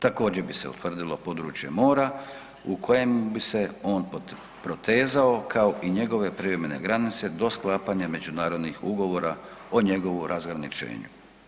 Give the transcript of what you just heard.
Također bi se utvrdilo područje mora u kojem bi se on protezao kao i njegove privremene granice do sklapanja međunarodnih ugovora o njegovu razgraničenju.